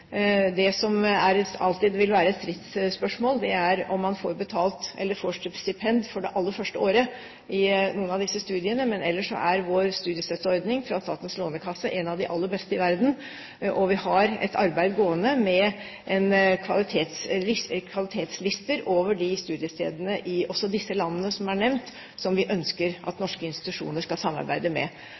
Det som alltid vil være et stridsspørsmål, er om man i noen av disse studiene får betalt – eller får stipend – for det aller første året. Men ellers er vår studiestøtteordning fra Statens lånekasse en av de aller beste i verden, og vi har et arbeid gående med kvalitetslister over de studiestedene i også de landene som er nevnt, som vi ønsker at norske institusjoner skal samarbeide med.